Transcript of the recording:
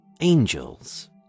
Angels